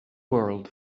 world